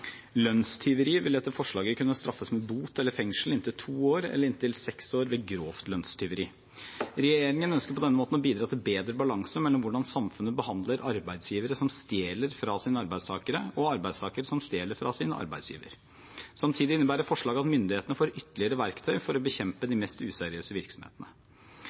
Lønnstyveri vil etter forslaget kunne straffes med bot eller fengsel i inntil 2 år, eller i inntil 6 år ved «grovt lønnstyveri». Regjeringen ønsker på denne måten å bidra til bedre balanse mellom hvordan samfunnet behandler arbeidsgivere som stjeler fra sine arbeidstakere, og arbeidstakere som stjeler fra sin arbeidsgiver. Samtidig innebærer forslaget at myndighetene får ytterligere verktøy for å bekjempe de mest useriøse virksomhetene.